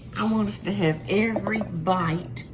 i want us to have every bite.